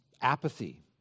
apathy